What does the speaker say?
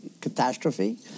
catastrophe